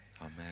Amen